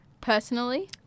Personally